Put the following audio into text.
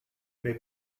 may